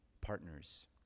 partners